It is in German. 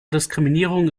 diskriminierung